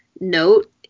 note